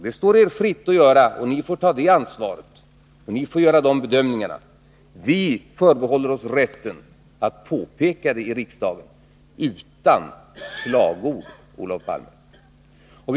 Det står er fritt att göra så. Ni får ta det ansvaret och göra de bedömningarna. Vi förbehåller oss rätten att påpeka det i riksdagen — utan slagord, Olof Palme.